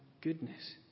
goodness